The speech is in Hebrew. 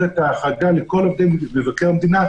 את ההחרגה לכל עובדי משרד מבקר המדינה,